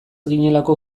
ginelako